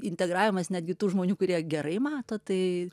integravimas netgi tų žmonių kurie gerai mato tai